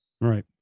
Right